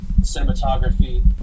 cinematography